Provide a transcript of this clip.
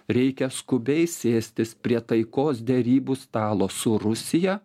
reikia skubiai sėstis prie taikos derybų stalo su rusija